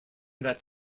that